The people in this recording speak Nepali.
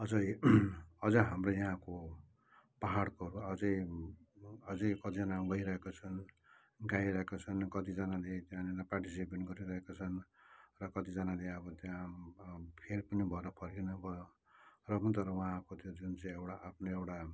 अझै अझै हाम्रो यहाँको पाहाडको र अझै अझै कतिजना गइरहेका छन् गाइरहेका छन् कतिजनाले त्यहाँनिर पार्टिसिपेट पनि गरिरहेका छन् र कतिजनाले अब त्यहाँ फेल पनि भएर फर्किनु भयो र पनि तर वहाँको त्यो जुन चाहिँ एउटा आफ्नो एउया